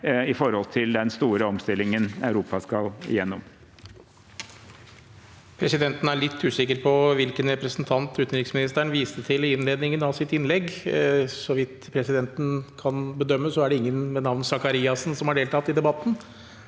med tanke på den store omstillingen Europa skal gjennom. Presidenten Presidenten er litt usikker på hvilken representant utenriksministeren viste til i innledningen av sitt innlegg. Så vidt presidenten kan bedømme, er det ingen ved navn Sakariassen som har deltatt i debatten,